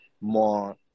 more